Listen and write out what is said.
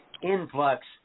influx